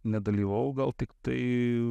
nedalyvavau gal tiktai